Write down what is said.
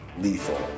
lethal